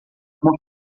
uma